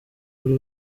buri